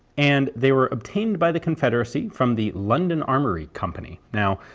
and they were obtained by the confederacy from the london armoury company. now,